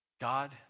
God